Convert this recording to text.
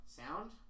sound